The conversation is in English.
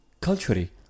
culturally